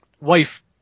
wife